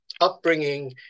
upbringing